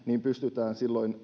pystytään